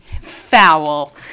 foul